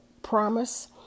promise